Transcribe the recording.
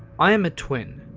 i'm a twin,